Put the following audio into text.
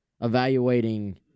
evaluating